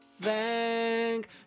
Thank